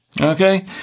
Okay